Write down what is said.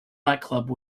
nightclub